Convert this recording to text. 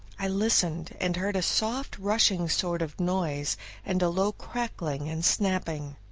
i listened, and heard a soft rushing sort of noise and a low crackling and snapping.